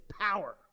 power